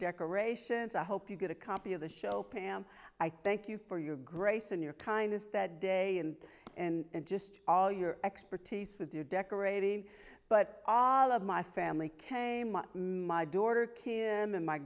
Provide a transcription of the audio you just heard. decorations i hope you get a copy of the show pam i thank you for your grace and your kindness that day and and just all your expertise with your decorating but all of my family came on my daughter kid and my